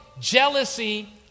jealousy